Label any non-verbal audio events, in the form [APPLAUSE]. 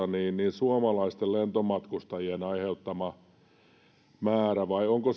suomalaisten lentomatkustajien aiheuttama määrä ja onko [UNINTELLIGIBLE]